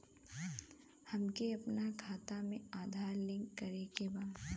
हमके अपना खाता में आधार लिंक करें के बा?